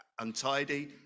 untidy